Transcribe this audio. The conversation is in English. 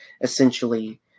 essentially